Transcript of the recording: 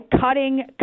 Cutting